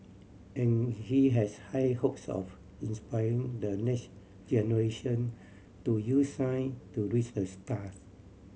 and he has high hopes of inspiring the next generation to use science to reach the stars